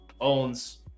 owns